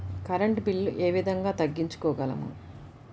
Current bill ఏ విధంగా తగ్గించుకోగలము?